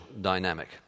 dynamic